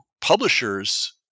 publishers